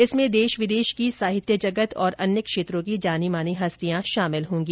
इसमें देश विदेश की साहित्य जगत और अन्य क्षेत्रों की जानी मानी हस्तियां शामिल होंगी